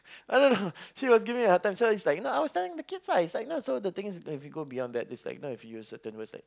I don't know she was giving me a hard time so it's like you know I was telling the kids ah it's like you know the thing is if you go beyond that you know if you use certain words like